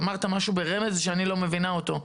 אמרת משהו ברמז שאני לא מבינה אותו,